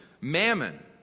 Mammon